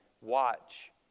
watch